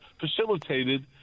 facilitated